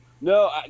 No